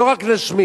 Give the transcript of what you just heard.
לא רק נשמיע.